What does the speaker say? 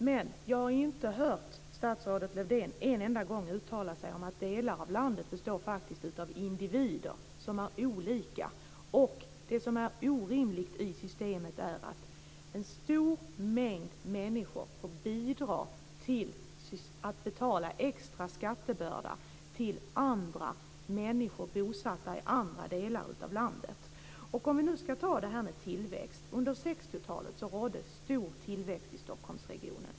Men jag har inte hört statsrådet Lövdén en enda gång uttala sig om att delar av landet faktiskt består av individer som är olika. Det som är orimligt i systemet är att en stor mängd människor bidrar till att betala en extra skattebörda till förmån för andra människor, bosatta i andra delar av landet. Låt oss ta det här med tillväxt. Under 60-talet var det stor tillväxt i Stockholmsregionen.